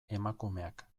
emakumeak